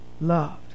loved